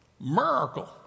miracle